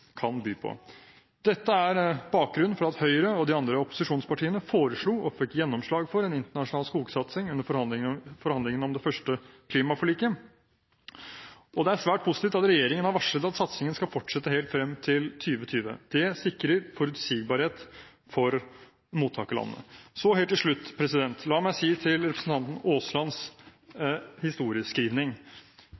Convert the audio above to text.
kan by på. Dette er bakgrunnen for at Høyre og de andre opposisjonspartiene den gang foreslo – og fikk gjennomslag for – en internasjonal skogsatsing under forhandlingene om det første klimaforliket. Det er svært positivt at regjeringen har varslet at satsingen skal fortsette helt frem til 2020. Det sikrer forutsigbarhet for mottakerlandene. Så helt til slutt – la meg si til representanten Aaslands